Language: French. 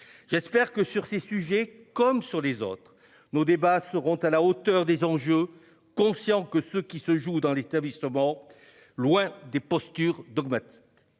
J'espère que sur ces sujets comme sur les autres nos débats seront à la hauteur des enjeux. Conscient que ce qui se joue dans l'établissement. Loin des postures dogmatiques.